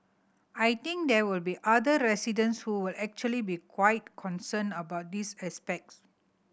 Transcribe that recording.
I think there will be other residents who will actually be quite concerned about this aspects